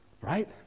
right